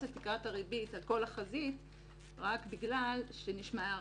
את תקרת הריבית על כל החזית רק בגלל שנשמעה הערה.